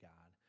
God